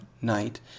night